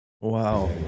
wow